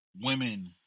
women